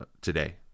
today